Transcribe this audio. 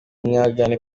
mwamagane